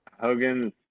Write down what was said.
Hogan